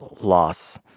loss